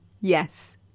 Yes